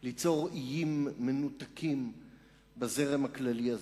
ליצור איים מנותקים בזרם הכללי הזה,